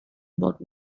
about